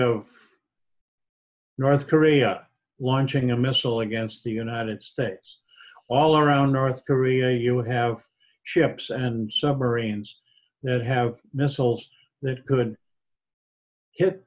of north korea launching a missile against the united states all around north korea you have ships and submarines that have missiles that could hit